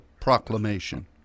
proclamation